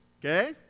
Okay